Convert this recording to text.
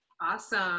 Awesome